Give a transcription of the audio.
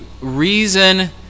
reason